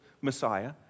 Messiah